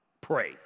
pray